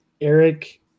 Eric